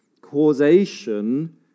causation